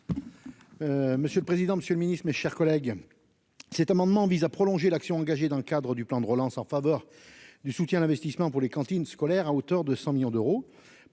Monsieur le président, Monsieur le Ministre, mes chers collègues, cet amendement vise à prolonger l'action engagée dans le cadre du plan de relance en faveur du soutien d'investissement pour les cantines scolaires à hauteur de 100 millions d'euros